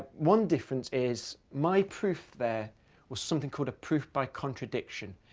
one difference is my proof there was something called a proof by contradiction.